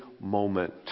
moment